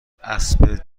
اسب